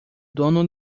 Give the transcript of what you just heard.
dono